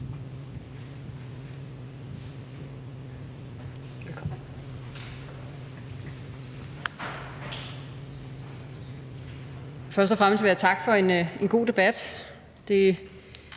takke for en god debat.